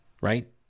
right